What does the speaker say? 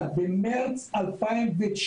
אבל במרץ 2019,